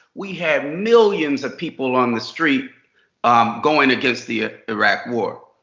we had millions of people on the street um going against the iraq war.